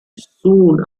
soon